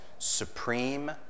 supreme